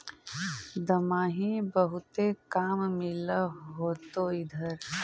दमाहि बहुते काम मिल होतो इधर?